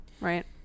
right